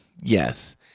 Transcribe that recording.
Yes